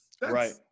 Right